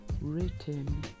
written